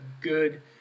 good